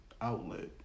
outlet